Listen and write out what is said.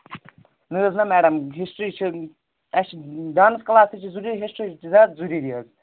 نہ حٲز نہ میڈم ہسٹری چھِ اَسہِ ڈانس کٕلاس تہِ چھُ ضروٗری ہِسٹری چھُ زیادٕ ضروٗری حٲز